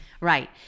Right